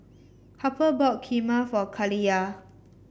Harper bought Kheema for Kaliyah